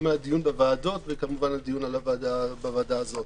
גם בדיון בוועדות וגם הדיון בוועדה הזאת.